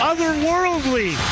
Otherworldly